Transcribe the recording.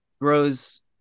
grows